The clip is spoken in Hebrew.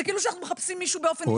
כאילו שאנחנו מחפשים מישהו באופן אישי.